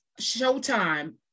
showtime